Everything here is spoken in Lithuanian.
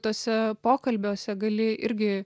tuose pokalbiuose gali irgi